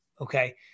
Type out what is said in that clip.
Okay